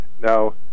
Now